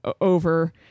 over